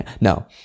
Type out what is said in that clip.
No